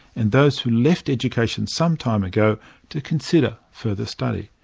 and those who left education some time ago to consider further study.